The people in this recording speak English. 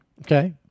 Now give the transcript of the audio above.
Okay